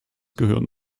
gehören